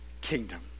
kingdom